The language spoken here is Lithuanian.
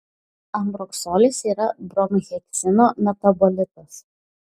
ambroksolis yra bromheksino metabolitas